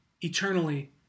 eternally